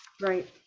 Right